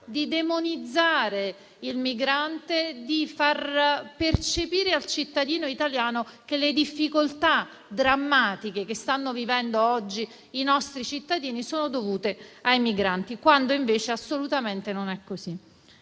di demonizzare il migrante e di far percepire al cittadino italiano che le difficoltà drammatiche che stanno vivendo oggi i nostri cittadini sono dovute ai migranti, quando non è assolutamente così.